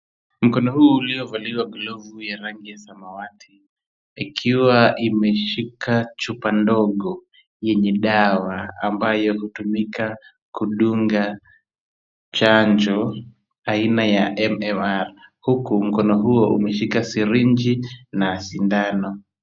Mkono hu ukiovaliwa glovu ya rangi ya samawati, ikiwa imeshika chupa ndogo yenye dawa ambayo hutumika kudunga chanjo aina ya MMR , huku mkono huo umeshika sirinji na sindano.